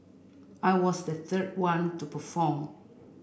I was the third one to perform